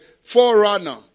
forerunner